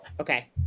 Okay